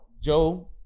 Joe